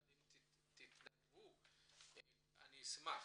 אבל אם תתנדבו אני אשמח.